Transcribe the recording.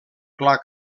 clar